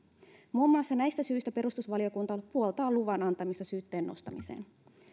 muun muassa näistä syistä perustusvaliokunta puoltaa luvan antamista syytteen nostamiseen